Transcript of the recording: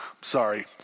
sorry